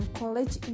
college